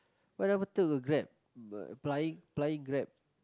why never took a Grab applying applying Grab